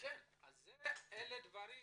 לכן זה הדיון